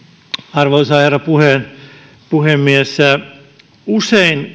arvoisa herra puhemies usein